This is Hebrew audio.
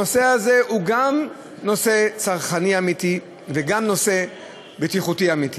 הנושא הזה הוא גם נושא צרכני אמיתי וגם נושא בטיחותי אמיתי.